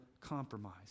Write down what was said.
compromise